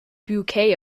bouquet